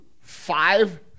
five